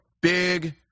big